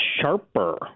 Sharper